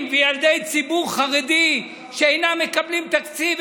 וילדי ציבור חרדי שאינם מקבלים תקציב,